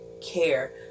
care